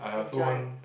enjoy